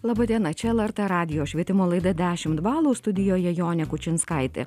laba diena čia lrt radijo švietimo laida dešimt balų studijoje jonė kučinskaitė